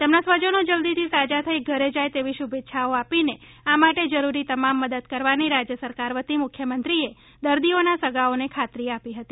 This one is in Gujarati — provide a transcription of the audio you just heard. તેમના સ્વજનો જલ્દીથી સાજા થઇ ધરે જાય તેવી શુભેચ્છાઓ આપીને આ માટે જરૂરી તમામ મદદ કરવાની રાજ્ય સરકાર વતી મુખ્યમંત્રીએ દર્દીઓના સગાઓને ખાતરી પણ આપી હતી